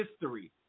history